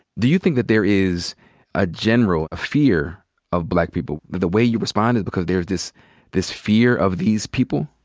do you think that there is ah a fear of black people, that the way you respond is because there is this this fear of these people?